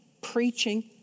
preaching